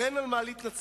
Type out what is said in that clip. אין על מה להתנצל.